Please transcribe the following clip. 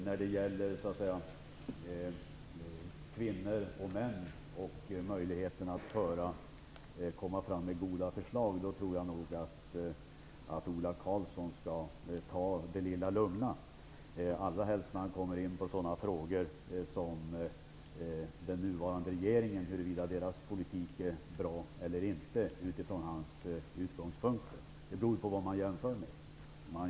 När det gäller det här med kvinnor och män och möjligheterna att komma med goda förslag tror jag nog att Ola Karlsson skall ta det litet lugnt, allra helst när han kommer in på frågor om huruvida den nuvarande regeringens politik är bra eller inte från hans utgångspunkter. Det beror ju på vad man jämför med.